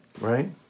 right